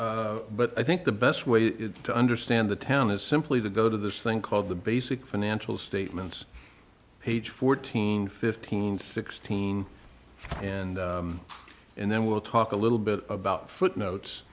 but i think the best way to understand the town is simply to go to this thing called the basic financial statements page fourteen fifteen sixteen and and then we'll talk a little bit about footnotes